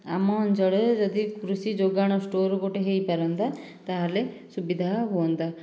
ଆମ ଅଞ୍ଚଳରେ ଯଦି କୃଷି ଯୋଗାଣ ଷ୍ଟୋର ଗୋଟିଏ ହୋଇପାରନ୍ତା ତା'ହେଲେ ସୁବିଧା ହୁଅନ୍ତା